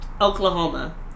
Oklahoma